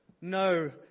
No